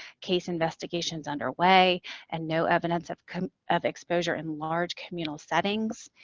case investigations underway and no evidence of kind of exposure in large communal settings.